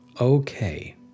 Okay